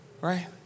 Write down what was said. right